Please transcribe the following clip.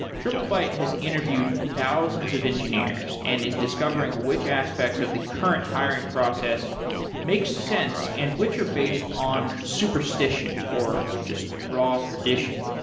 triplebyte has interviewed thousands of engineers and is discovering which aspects of the current hiring process makes sense and which are based on superstition of just raw tradition.